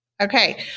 Okay